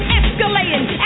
escalating